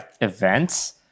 events